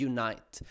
Unite